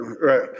Right